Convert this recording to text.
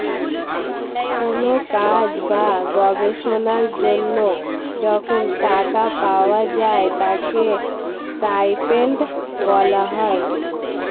কোন কাজ বা গবেষণার জন্য যখন টাকা পাওয়া যায় তাকে স্টাইপেন্ড বলা হয়